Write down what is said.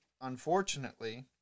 unfortunately